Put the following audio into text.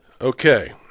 Okay